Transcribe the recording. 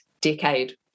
decade